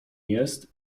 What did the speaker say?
jest